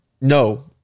No